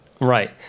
Right